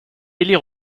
élie